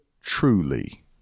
truly